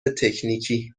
تکنیکی